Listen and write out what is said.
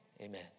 Amen